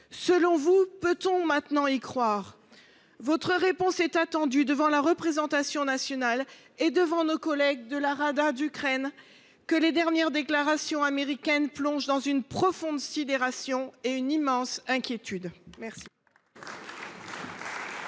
européenne ? Peut on maintenant y croire ? Votre réponse est attendue par la représentation nationale comme par nos collègues de la Rada d’Ukraine, que les dernières déclarations américaines plongent dans une profonde sidération et une immense inquiétude. La parole est